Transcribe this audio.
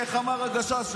איך אמר הגשש?